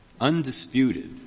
undisputed